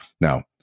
now